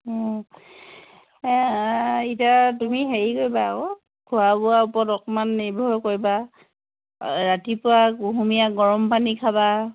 অঁ এতিয়া তুমি হেৰি কৰিবা আৰু খোৱা বোৱাৰ ওপৰত অকমান নিৰ্ভৰ কৰিবা ৰাতিপুৱা কুহুমীয়া গৰম পানী খাবা